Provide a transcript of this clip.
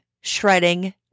shredding